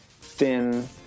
thin